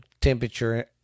temperature